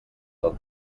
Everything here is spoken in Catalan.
del